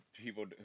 people